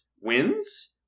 wins